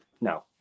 No